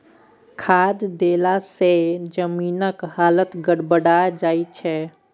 खाद देलासँ जमीनक हालत गड़बड़ा जाय छै